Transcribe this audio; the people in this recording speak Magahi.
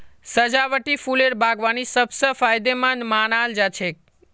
सजावटी फूलेर बागवानी सब स फायदेमंद मानाल जा छेक